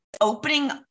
Opening